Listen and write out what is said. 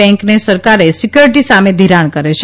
બેન્કને સરકારે સક્યિોરીટી સામે ધરિણ કરે છે